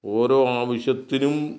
ഓരോ ആവശ്യത്തിനും